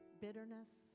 bitterness